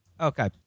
Okay